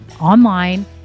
online